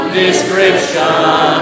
description